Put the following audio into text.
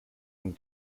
and